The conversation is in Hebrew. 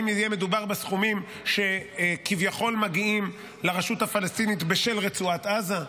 אם יהיה מדובר בסכומים שכביכול מגיעים לרשות הפלסטינית בשל רצועת עזה,